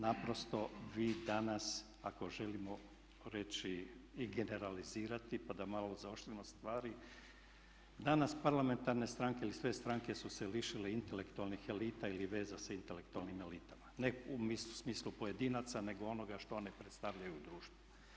Naprosto vi danas ako želimo reći i generalizirati pa da malo zaoštrimo stvari, danas parlamentarne stranke ili sve stranke su se lišile intelektualnih elita ili veza sa intelektualnim elitama, ne u smislu pojedinaca nego onoga što one predstavljaju u društvu.